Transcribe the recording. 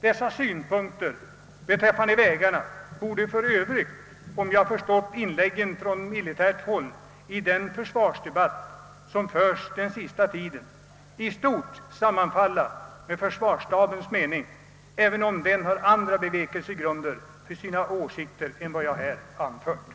Dessa synpunkter beträffande vägarna borde för övrigt — om jag förstått inläggen från militärt håll i den försvarsdebatt som förts den sista tiden — i stort sammanfalla med försvarsstabens mening, även om den har andra bevekelsegrunder för sina åsikter än dem jag här anfört.